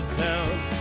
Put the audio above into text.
town